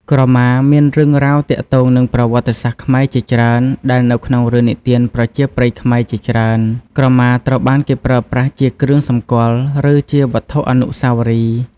ក្រមាមានរឿងរ៉ាវទាក់ទងនឹងប្រវត្តិសាស្ត្រខ្មែរជាច្រើន ដែលនៅក្នុងរឿងនិទានប្រជាប្រិយខ្មែរជាច្រើន ក្រមាត្រូវបានគេប្រើប្រាស់ជាគ្រឿងសម្គាល់ ឬជាវត្ថុអនុស្សាវរីយ៍។